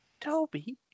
Toby